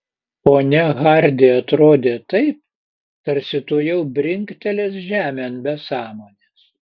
ponia hardi atrodė taip tarsi tuojau brinktelės žemėn be sąmonės